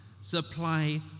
supply